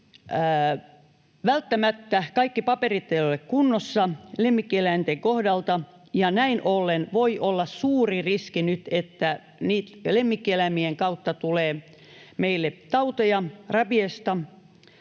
välttämättä kaikki paperit eivät ole kunnossa lemmikkieläinten kohdalta, ja näin ollen voi olla suuri riski nyt, että lemmikkieläimien kautta tulee meille tauteja, rabiesta,